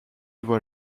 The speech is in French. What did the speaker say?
voit